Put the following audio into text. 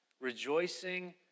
rejoicing